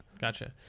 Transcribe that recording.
Gotcha